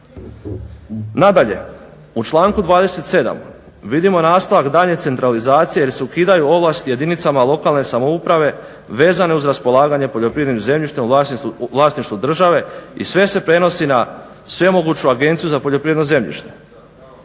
Nadalje, u članku 27.vidimo nastavak daljnje centralizacije jer se ukidaju ovlasti jedinicama lokalne samouprave vezane uz raspolaganje poljoprivrednim zemljištem u vlasništvu države i sve se prenosi na svemoguću Agenciju za poljoprivredno zemljište.